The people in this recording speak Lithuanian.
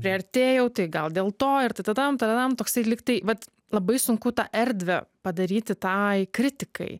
priartėjau tai gal dėl to ir tatadam tadam toksai lygtai vat labai sunku tą erdvę padaryti tai kritikai